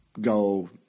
go